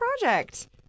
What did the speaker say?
project